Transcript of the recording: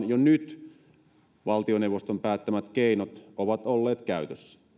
jo nyt tartuntatautilain mukaan valtioneuvoston päättämät keinot ovat olleet käytössä